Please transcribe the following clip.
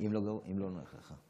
אם לא נוח לך.